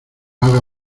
haga